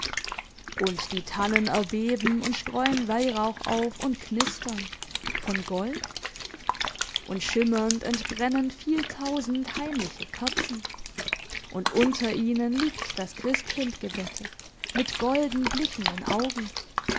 und die tannen erbeben und streuen weihrauch auf und knistern von gold und schimmernd entbrennen viel tausend heimliche kerzen und unter ihnen liegt das christkind gebettet mit golden blickenden augen ein